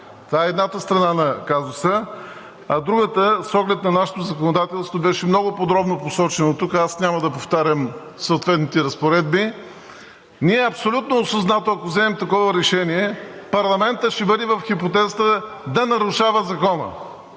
Това е едната страна на казуса. А другата – с оглед на нашето законодателство, беше много подробно посочено тук, аз няма да повтарям съответните разпоредби. Абсолютно осъзнато, ако вземем такова решение, парламентът ще бъде в хипотезата да нарушава Закона,